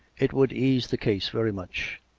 it would ease the case very much.